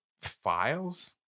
files